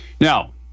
Now